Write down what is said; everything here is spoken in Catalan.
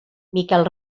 miquel